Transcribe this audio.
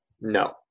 No